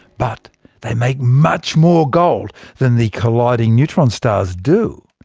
but they make much more gold than the colliding neutron stars do.